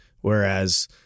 Whereas